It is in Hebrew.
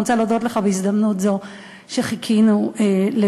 ואני רוצה להודות לך בהזדמנות זו על שחיכינו לבואם.